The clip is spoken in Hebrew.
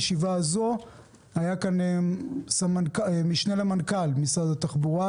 היה כאן משנה למנכ"ל משרד התחבורה,